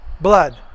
blood